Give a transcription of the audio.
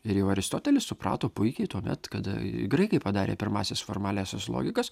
ir jau aristotelis suprato puikiai tuomet kada graikai padarė pirmąsias formaliąsias logikas